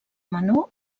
menor